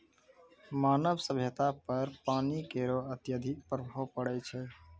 मानव सभ्यता पर पानी केरो अत्यधिक प्रभाव पड़ै छै